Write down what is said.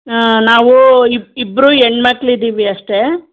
ಹಾಂ ನಾವು ಇಬ್ರು ಇಬ್ಬರು ಹೆಣ್ಮಕ್ಳ್ ಇದ್ದೀವಿ ಅಷ್ಟೆ